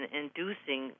inducing